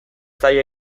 zaie